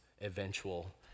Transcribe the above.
eventual